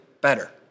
better